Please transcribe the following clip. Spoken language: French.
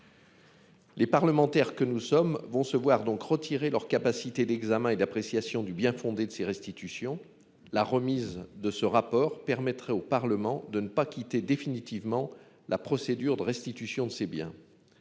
Les parlementaires que nous sommes vont se voir donc retirer leur capacité d'examens et d'appréciation du bien-fondé de ces restitutions la remise de ce rapport, permettrait au Parlement de ne pas quitter définitivement la procédure de restitution de ces biens.